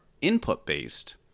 input-based